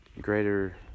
greater